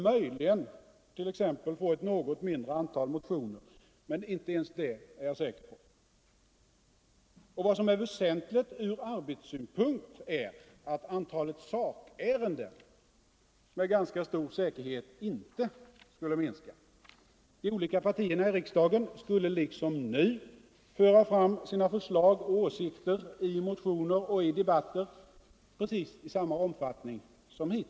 Möjligen skulle vi få ett något mindre antal motioner, men inte ens det är jag säker på. Och vad som är väsentligt från arbetssynpunkt är att antalet sakärenden med ganska stor säkerhet inte skulle minska. De olika partierna i riksdagen skulle säkerligen föra fram sina förslag och åsikter i motioner och debatter precis i samma omfattning som nu.